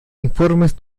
informes